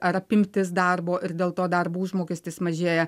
ar apimtis darbo ir dėl to darbo užmokestis mažėja